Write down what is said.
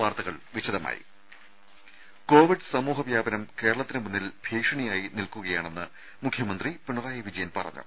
വാർത്തകൾ വിശദമായി കോവിഡ് സമൂഹ വ്യാപനം കേരളത്തിന് മുന്നിൽ ഭീഷണിയായി നിൽക്കുകയാണെന്ന് മുഖ്യമന്ത്രി പിണറായി വിജയൻ പറഞ്ഞു